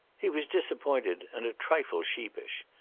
he was disappointed and a trifle sheepish.